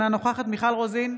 אינה נוכחת מיכל רוזין,